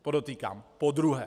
Podotýkám podruhé.